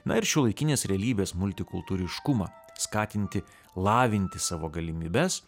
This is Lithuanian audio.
na ir šiuolaikinės realybės multikultūriškumą skatinti lavinti savo galimybes